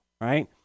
right